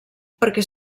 perquè